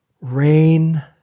RAIN